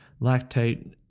lactate